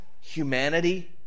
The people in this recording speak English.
humanity